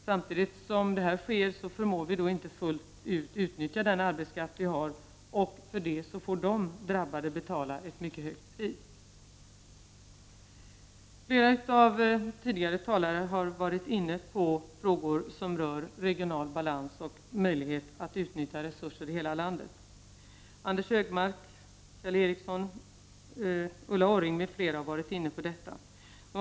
Samtidigt som det sker förmår vi inte fullt ut utnyttja den arbetskraft vi har, och för detta får de drabbade betala ett mycket högt pris. Flera tidigare talare har varit inne på frågor som rör regional balans och möjligheterna att utnyttja resurserna i hela landet. Anders Högmark, Kjell Ericsson, Ulla Orring m.fl. har varit inne på detta.